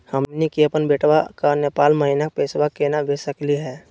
हमनी के अपन बेटवा क नेपाल महिना पैसवा केना भेज सकली हे?